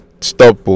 stop